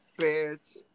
Bitch